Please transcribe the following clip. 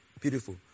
beautiful